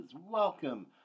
welcome